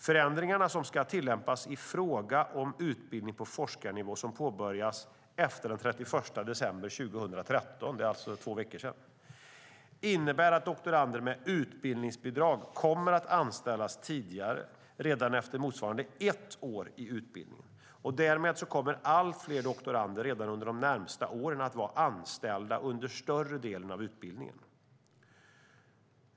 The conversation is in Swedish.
Förändringarna, som ska tillämpas i fråga om utbildning på forskarnivå som påbörjas efter den 31 december 2013 - det är alltså två veckor sedan - innebär att doktorander med utbildningsbidrag kommer att anställas tidigare, redan efter motsvarande ett år, i utbildningen. Därmed kommer allt fler doktorander redan under de närmaste åren att vara anställda under större delen av utbildningen.